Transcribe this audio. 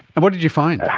and what did you find?